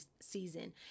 season